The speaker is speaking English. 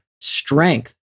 strength